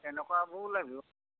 তেনেকুৱাবোৰো লাগিব